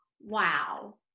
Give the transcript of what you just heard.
Wow